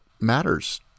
matters